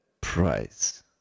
price